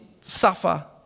suffer